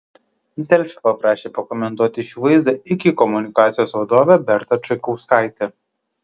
delfi paprašė pakomentuoti šį vaizdą iki komunikacijos vadovę bertą čaikauskaitę